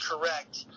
correct